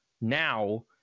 now